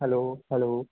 hello hello